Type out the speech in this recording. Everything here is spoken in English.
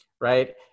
Right